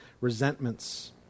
resentments